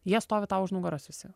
jie stovi tau už nugaros visi